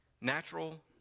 natural